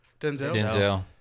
Denzel